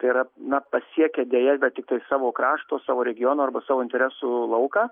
tai yra na pasiekia deja bet tiktai savo krašto savo regiono arba savo interesų lauką